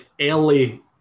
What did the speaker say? early